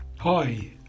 Hi